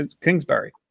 Kingsbury